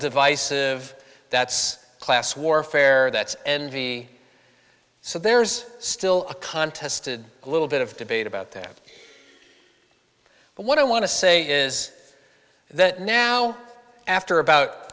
divisive that's class warfare that's envy so there's still a contest a little bit of debate about that but what i want to say is that now after about